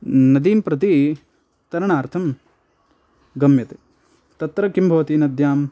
नदीं प्रति तरणार्थं गम्यते तत्र किं भवति नद्याः